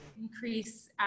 increase